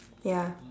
ya